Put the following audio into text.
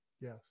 Yes